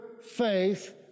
faith